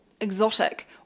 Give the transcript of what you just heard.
exotic